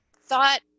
thought